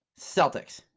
Celtics